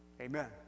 Amen